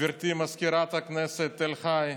גברתי מזכירת הכנסת, תל חי,